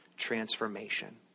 transformation